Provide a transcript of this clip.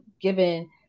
given